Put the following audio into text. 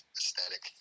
aesthetic